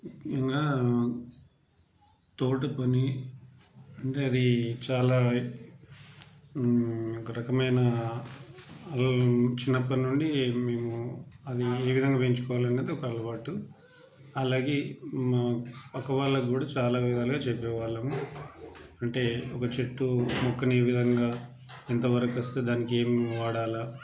ఇంకా తోట పని అంటే అది చాలా ఒక రకమైన చిన్నప్పటినుండి మేము అది ఏవిధంగా పెంచుకోవాలి అనేది ఒక అలవాటు అలాగే పక్క వాళ్ళకి కూడా చాలా విధాలుగా చెప్పే వాళ్ళము అంటే ఒక చెట్టు మొక్కని ఏ విధంగా ఇంతవరకు వస్తే దానికి ఏమేమి వాడాలి